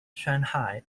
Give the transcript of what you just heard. shanghai